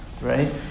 right